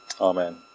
Amen